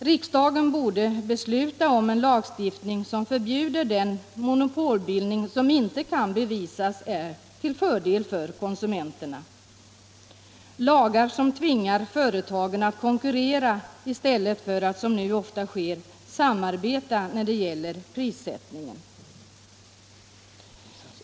Riksdagen borde besluta om en lagstiftning som förbjuder den monopolbildning som inte bevisligen är till fördel för konsumenterna och alltså införa lagar som tvingar företagen att konkurrera i stället för att som nu ofta sker samarbeta när det gäller prissättningen.